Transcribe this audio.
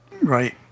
Right